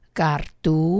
kartu